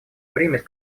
принимает